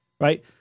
right